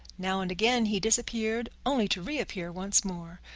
now and again he disappeared only to reappear once more.